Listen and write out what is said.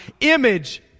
image